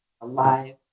alive